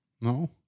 No